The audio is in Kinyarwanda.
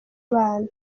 bana